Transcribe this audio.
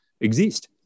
exist